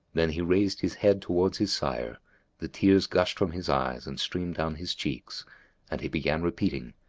then he raised his head towards his sire the tears gushed from his eyes and streamed down his cheeks and he began repeating,